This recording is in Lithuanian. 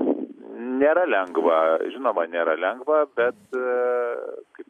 nėra lengva žinoma nėra lengva bet kai